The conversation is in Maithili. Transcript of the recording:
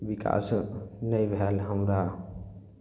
विकास नहि भेल हमरा